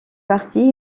parti